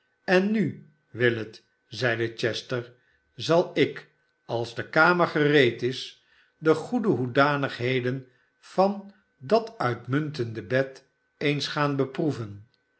en nu willet zeide chester zal ik als de kamer gereed is de goede hoedanigheden van dat uitmuntende bed eens gaan beproe